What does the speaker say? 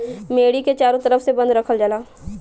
मेड़ी के चारों तरफ से बंद रखल जाला